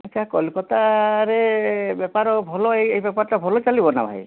ଆଚ୍ଛା କଲିକତାରେ ବେପାର ଭଲ ଏଇ ବେପରଟା ଭଲ ଚାଲିବ ନା ଭାଇ